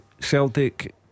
Celtic